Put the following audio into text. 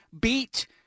beat –